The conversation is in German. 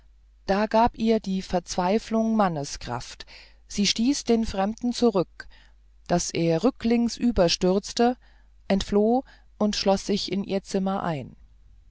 da gab ihr die verzweiflung manneskraft sie stieß den fremden zurück daß er rücklings überstürzte entfloh und schloß sich in ihr zimmer ein